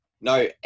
No